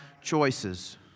choices